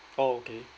oh okay